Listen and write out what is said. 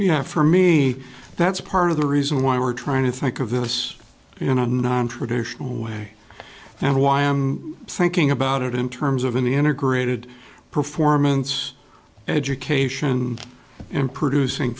know for me that's part of the reason why we're trying to think of it as you know a nontraditional way and why i'm thinking about it in terms of an integrated performance education and producing